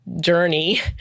journey